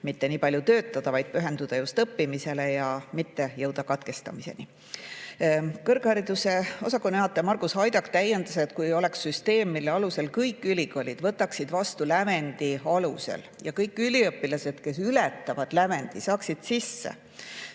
mitte nii palju töötada, vaid pühenduda õppimisele ja mitte jõuda katkestamiseni. Kõrghariduse osakonna juhataja Margus Haidak täiendas, et kui oleks süsteem, mille alusel kõik ülikoolid võtaksid vastu lävendi alusel ja kõik üliõpilased, kes ületavad lävendi, saaksid sisse,